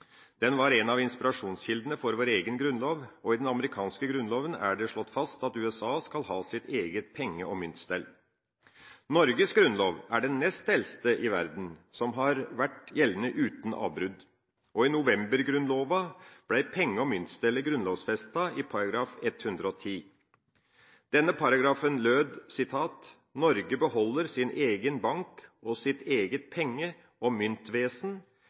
Den var en av inspirasjonskildene for vår egen grunnlov. I den amerikanske grunnolven er det slått fast at USA skal ha sitt eget penge- og myntstell. Norges grunnlov er den nest eldste i verden som har vært gjeldende uten avbrudd, og i novembergrunnloven ble penge- og myntstellet grunnlovfestet i § 110. Denne paragrafen lød: «Norge beholder sin egen Bank og sit eget Penge- og